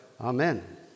Amen